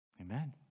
Amen